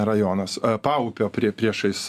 rajonas paupio prie priešais